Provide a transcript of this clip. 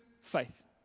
faith